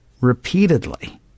repeatedly